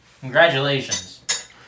congratulations